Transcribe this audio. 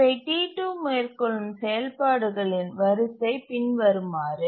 இவை T2 மேற்கொள்ளும் செயல்பாடுகளின் வரிசை பின்வருமாறு